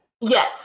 Yes